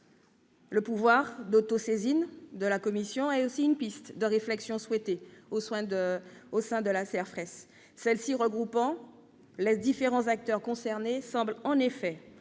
Le pouvoir d'autosaisine de la commission est aussi une piste de réflexion souhaitée au sein de CERFRES. Celle-ci, qui regroupe les différents acteurs concernés, semble en effet